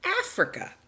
Africa